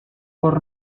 por